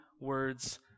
words